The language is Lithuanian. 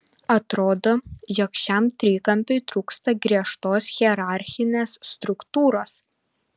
atrodo jog šiam trikampiui trūksta griežtos hierarchinės struktūros